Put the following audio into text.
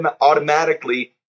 automatically